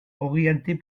orienté